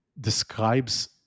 describes